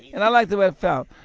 and i liked the way it felt.